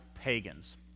pagans